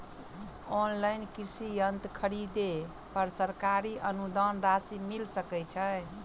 Online कृषि यंत्र खरीदे पर सरकारी अनुदान राशि मिल सकै छैय?